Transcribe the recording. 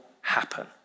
happen